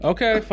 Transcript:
Okay